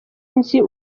nzi